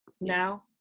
Now